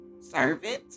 servant